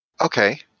Okay